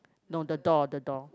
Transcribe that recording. no the door the door